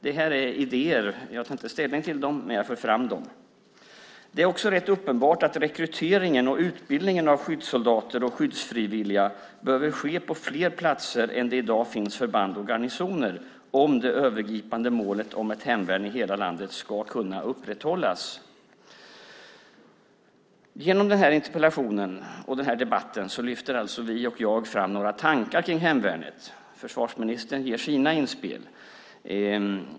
Det här är idéer. Jag tar inte ställning till dem, men jag för fram dem. Det är också rätt uppenbart att rekryteringen och utbildningen av skyddssoldater och skyddsfrivilliga behöver ske på fler platser än där det i dag finns förband och garnisoner, om det övergripande målet om ett hemvärn i hela landet ska kunna upprätthållas. Genom denna interpellation och denna debatt lyfter alltså vi och jag fram några tankar om hemvärnet. Försvarsministern ger sina inspel.